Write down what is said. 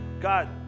God